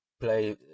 play